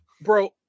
bro